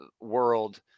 world